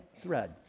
thread